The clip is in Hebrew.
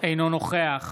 אינו נוכח